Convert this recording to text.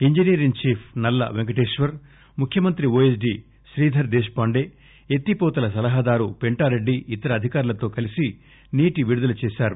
engineer in chief Nalla Venkateshwar ముఖ్యమంత్రి OSD Sridhar Deshpande ఎత్తిపోతల సలహాదారు పెంటారెడ్డి ఇతర అధికారులతో కలిసి నీటి విడుదల ప్రారంభించారు